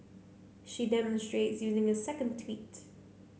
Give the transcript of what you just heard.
she demonstrates using a second tweet